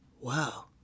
Wow